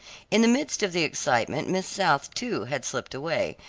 in the midst of the excitement miss south, too, had slipped away,